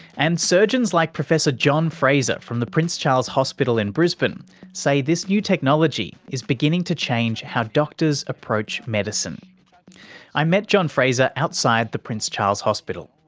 and surgeons like professor john fraser from the prince charles hospital in brisbane say this new technology is beginning to change how doctors approach medicinei met john fraser outside the prince charles hospital.